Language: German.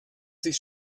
sich